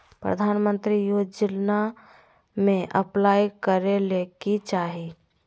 प्रधानमंत्री योजना में अप्लाई करें ले की चाही?